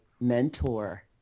mentor